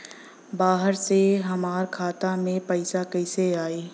बाहर से हमरा खाता में पैसा कैसे आई?